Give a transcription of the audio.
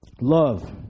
Love